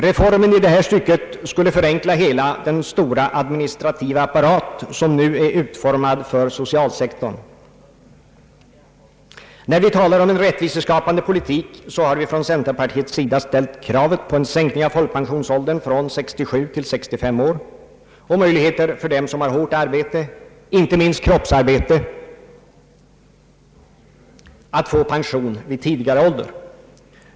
Reformen i detta stycke skulle förenkla hela den stora administrativa apparat som nu är utformad för socialsektorn. När vi talar om en rättviseskapande politik har vi från centerpartiets sida ställt kravet på en sänkning av pensionsåldern från 67 till 65 år, och möjligheter för dem som har hårt arbete, inte minst kroppsarbete, att få pension vid tidigare ålder.